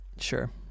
Sure